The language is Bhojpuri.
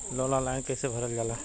लोन ऑनलाइन कइसे भरल जाला?